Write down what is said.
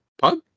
Pub